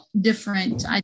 different